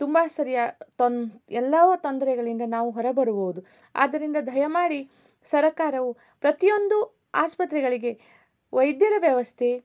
ತುಂಬ ಸರಿಯಾ ತೊನ್ ಎಲ್ಲವೂ ತೊಂದರೆಗಳಿಂದ ನಾವು ಹೊರ ಬರಬೋದು ಆದರಿಂದ ದಯಮಾಡಿ ಸರಕಾರವು ಪ್ರತಿಯೊಂದು ಆಸ್ಪತ್ರೆಗಳಿಗೆ ವೈದ್ಯರ ವ್ಯವಸ್ಥೆ